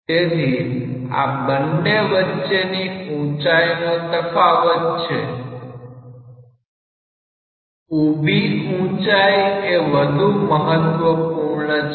તેથી આ બંને વચ્ચેની ઊંચાઈનો તફાવત છે ઉભી ઊંચાઈ એ વધુ મહત્વપૂર્ણ છે